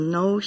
no